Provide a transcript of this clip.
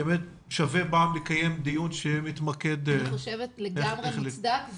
באמת שווה פעם לקיים דיון שמתמקד ב --- אני חושבת שלגמרי מוצדק.